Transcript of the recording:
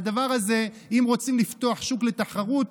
אם רוצים לפתוח שוק לתחרות,